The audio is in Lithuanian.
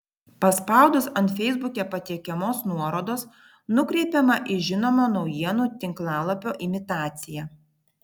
paspaudus ant feisbuke patiekiamos nuorodos nukreipiama į žinomo naujienų tinklalapio imitaciją